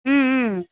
ம் ம்